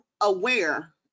aware